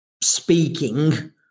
speaking